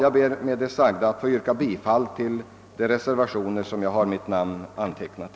Med det anförda ber jag att få yrka bifall till de reservationer vid vilka mitt namn står antecknat.